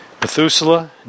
Methuselah